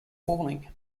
falling